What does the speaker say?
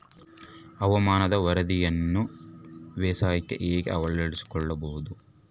ಹವಾಮಾನದ ವರದಿಯನ್ನು ಬೇಸಾಯಕ್ಕೆ ಹೇಗೆ ಅಳವಡಿಸಿಕೊಳ್ಳಬಹುದು?